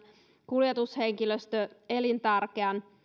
kuljetushenkilöstö elintärkeän